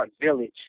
village